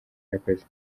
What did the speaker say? yakoze